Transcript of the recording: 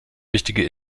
wichtige